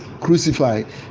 crucified